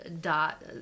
dot